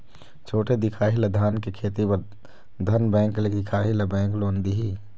छोटे दिखाही ला धान के खेती बर धन बैंक ले दिखाही ला बैंक लोन दिही?